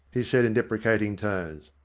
he said in deprecating tones.